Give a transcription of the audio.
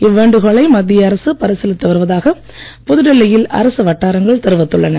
இவ்வேண்டுகோளை மத்திய அரசு பரிசீலித்து வருவதாக புதுடெல்லியில் அரசு வட்டாங்கள் தெரிவித்துள்ளன